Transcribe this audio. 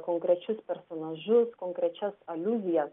konkrečius personažus konkrečias aliuzija